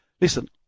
listen